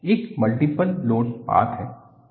एक multiple load path है